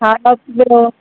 हा ॿियो